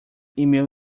email